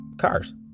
cars